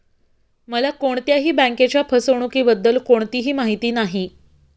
मला कोणत्याही बँकेच्या फसवणुकीबद्दल कोणतीही माहिती नाही